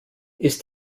ist